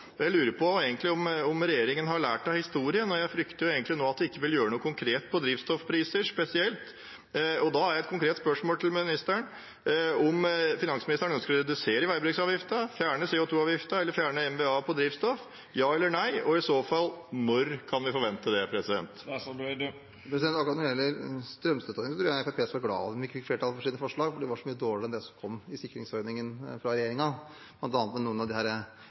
Jeg lurer på om regjeringen egentlig har lært av historien, og jeg frykter egentlig nå at man ikke vil gjøre noe konkret på drivstoffpriser spesielt. Da har jeg et konkret spørsmål til ministeren: Ønsker finansministeren å redusere veibruksavgiften, fjerne CO 2 -avgiften, fjerne MVA på drivstoff – ja eller nei? Og i så fall: Når kan vi forvente det? Når det gjelder strømstøtteordningen, skal Fremskrittspartiet være glad for at de ikke fikk flertall for sine forslag, for de var så mye dårligere enn det som kom i sikringsordningen fra regjeringen. Blant annet når det gjelder de